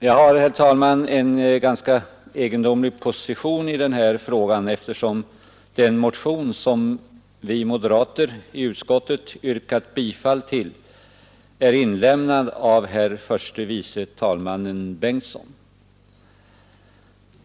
Jag har, herr talman, en ganska egendomlig position i denna fråga, eftersom den motion som vi moderater i utskottet har yrkat bifall till är inlämnad av herr förste vice talmannen Bengtson.